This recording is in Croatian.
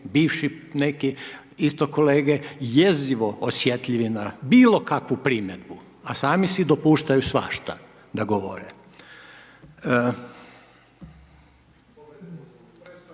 bivši neki isto kolege jezivo osjetljivi na bilo kakvu primjedbu, a sami si dopuštaju svašta da govore.